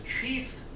chief